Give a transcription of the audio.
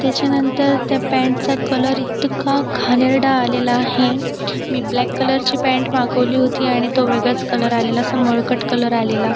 त्याच्यानंतर त्या पँटचा कलर इतका घाणेरडा आलेला आहे मी ब्लॅक कलरची पँट मागवली होती आणि तो वेगळाच कलर आलेला असा मळकट कलर आलेला